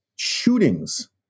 shootings